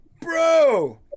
Bro